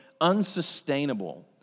unsustainable